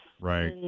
Right